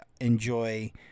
enjoy